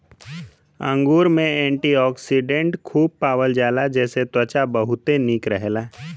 अंगूर में एंटीओक्सिडेंट खूब पावल जाला जेसे त्वचा बहुते निक रहेला